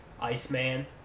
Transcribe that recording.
Iceman